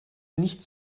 nicht